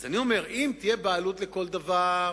אני אומר: אם תהיה בעלות לכל דבר,